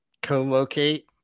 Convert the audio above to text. co-locate